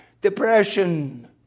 depression